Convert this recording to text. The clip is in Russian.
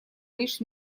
лишь